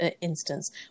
instance